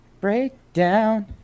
Breakdown